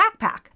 backpack